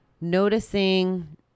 noticing